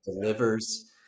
delivers